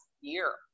year